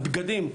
הבגדים,